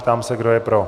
Ptám se, kdo je pro.